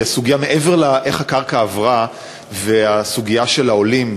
הסוגיה שמעבר לשאלה איך הקרקע עברה ולסוגיה של העולים,